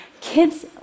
kids